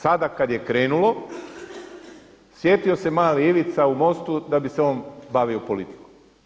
Sada kada je krenulo, sjetio se mali Ivica u MOST-u da bi se on bavio politikom.